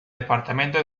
departamento